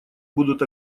будут